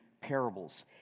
parables